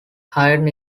hidden